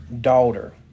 daughter